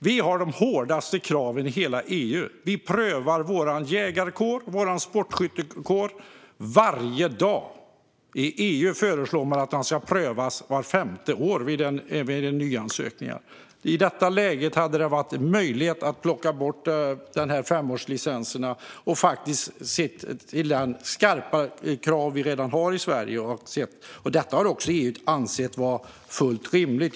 Vi har de hårdaste kraven i hela EU. Vi prövar vår jägarkår och vår sportskyttekår varje dag. I EU föreslår man att de ska prövas vart femte år vid nyansökningar. I detta läge hade det varit möjligt att plocka bort femårslicenserna sett till de skarpa krav vi redan har i Sverige. Detta har EU också ansett vara fullt rimligt.